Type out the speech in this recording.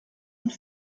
und